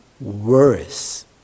worse